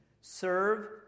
serve